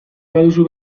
baduzu